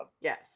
Yes